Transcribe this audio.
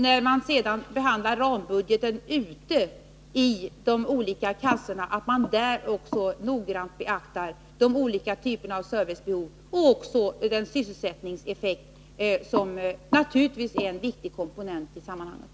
När man sedan skall behandla rambudgeten ute i de olika försäkringskassorna skall man där också noggrant beakta olika typer av servicebehov och naturligtvis även den sysselsättningseffekt som är en viktig komponent i sammanhanget.